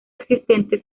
existente